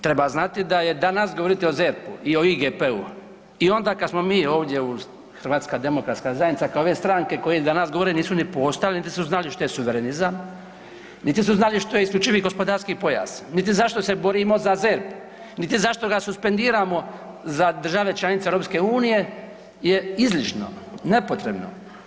Treba znati da je danas govoriti o ZERP-u i o IGP-u i onda kad smo mi ovdje Hrvatska demokratska zajednica kao ove stranke koje danas govore niti su postojale niti su znali što je suverenizam, niti su znali što je isključivi gospodarski pojas, niti zašto se borimo za ZERP, niti zašto ga suspendiramo za države članice EU je izlično, nepotrebno.